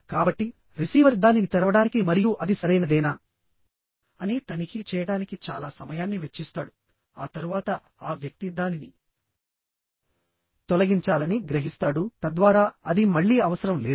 కాబట్టి రిసీవర్ దానిని తెరవడానికి మరియు అది సరైనదేనా అని తనిఖీ చేయడానికి చాలా సమయాన్ని వెచ్చిస్తాడు ఆ తరువాత ఆ వ్యక్తి దానిని తొలగించాలని గ్రహిస్తాడు తద్వారా అది మళ్లీ అవసరం లేదు